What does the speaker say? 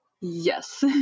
Yes